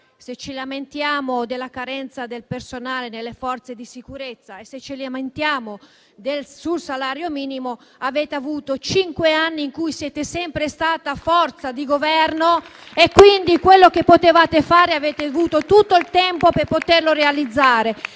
ci lamentiamo della carenza del personale delle forze di sicurezza e ci lamentiamo sul salario minimo, ma avete avuto cinque anni in cui siete sempre stati forza di Governo, quindi quello che volevate fare avete avuto tutto il tempo per poterlo realizzare.